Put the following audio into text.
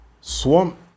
Swamp